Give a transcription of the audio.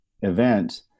event